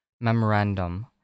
Memorandum